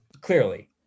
clearly